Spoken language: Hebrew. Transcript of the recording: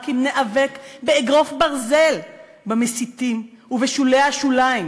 רק אם ניאבק באגרוף ברזל במסיתים ובשולי השוליים,